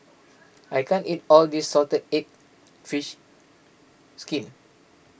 I can't eat all of this Salted Egg Fish Skin